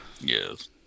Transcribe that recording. Yes